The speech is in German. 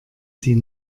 sie